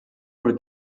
were